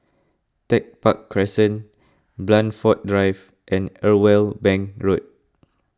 Tech Park Crescent Blandford Drive and Irwell Bank Road